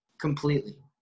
completely